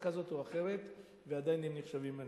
כזו או אחרת ועדיין הם נחשבים עניים.